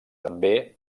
també